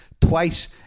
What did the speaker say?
twice